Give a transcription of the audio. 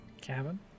Cabin